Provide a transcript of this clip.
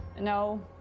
no